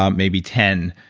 um maybe ten,